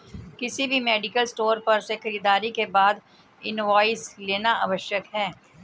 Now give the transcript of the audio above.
किसी भी medical store पर से खरीदारी के बाद इनवॉइस लेना आवश्यक है